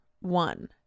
one